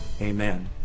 Amen